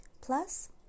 Plus